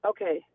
Okay